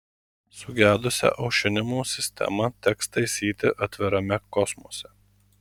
sugedusią aušinimo sistemą teks taisyti atvirame kosmose